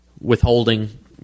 withholding